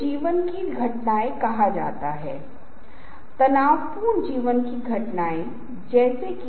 layout वह है जो आप स्क्रीन के ठीक सामने देखते हैं